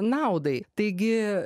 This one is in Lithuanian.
naudai taigi